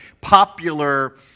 popular